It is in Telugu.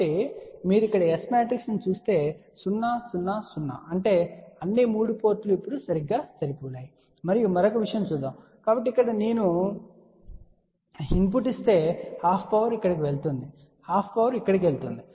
కాబట్టి మీరు ఇక్కడ S మ్యాట్రిక్స్ను చూస్తే 0 0 0 అంటే అన్ని 3 పోర్టులు ఇప్పుడు సరిగ్గా సరిపోలాయి మరియు మరొక విషయం చూద్దాం కాబట్టి ఇక్కడ నుండి నేను ఇన్పుట్ ఇస్తే హాఫ్ పవర్ ఇక్కడకు వెళుతుంది హాఫ్ పవర్ ఇక్కడకు వెళుతుంది